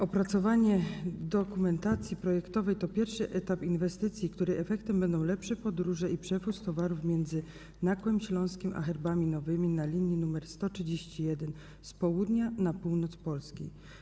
Opracowanie dokumentacji projektowej to pierwszy etap inwestycji, której efektem będą lepsze podróże i przewóz towarów między Nakłem Śląskim a Herbami Nowymi na linii nr 131 z południa na północ Polski.